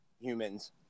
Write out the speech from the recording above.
humans